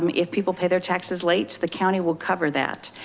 um if people pay their taxes late, the county will cover that.